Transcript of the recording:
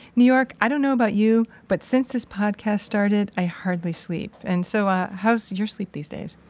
new york, i don't know about you, but since this podcast started, i hardly sleep. and so, ah, how's your sleep these days?